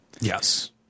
Yes